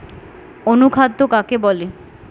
অনুখাদ্য কাকে বলে?